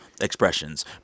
expressions